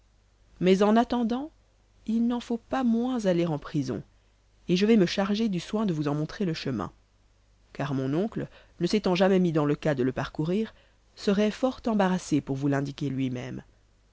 mais en attendant il n'en faut pas moins aller en prison et je vais me charger du soin de vous en montrer le chemin car mon oncle ne s'étant jamais mis dans le cas de le parcourir serait fort embarrassé pour vous l'indiquer lui-même